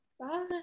Bye